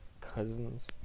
cousins